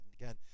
Again